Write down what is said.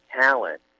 talent